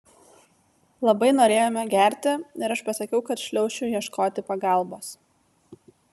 labai norėjome gerti ir aš pasakiau kad šliaušiu ieškoti pagalbos